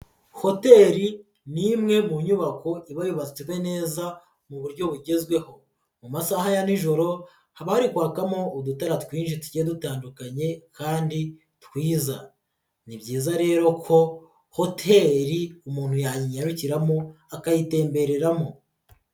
Hoteli ni imwe mu nyubako iba yubatswe neza mu buryo bugezweho, mu masaha ya nijoro baririkwakamo udutara twinshi tugiye dutandukanye kandi twiza, ni byiza rero ko hoteli umuntu yayinyarukiramo akayitembereramo.